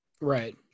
Right